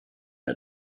der